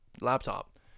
laptop